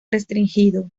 restringido